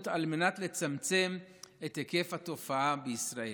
על מנת לצמצם את היקף התופעה בישראל.